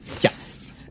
Yes